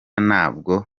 ntabwo